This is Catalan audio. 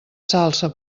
salsa